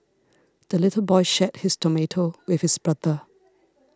the little boy shared his tomato with his brother